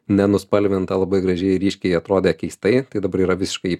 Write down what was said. nenuspalvinta labai gražiai ryškiai atrodė keistai tai dabar yra visiškai